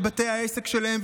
את בתי העסק שלהם,